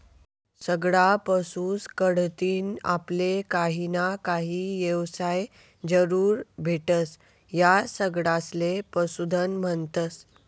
सगळा पशुस कढतीन आपले काहीना काही येवसाय जरूर भेटस, या सगळासले पशुधन म्हन्तस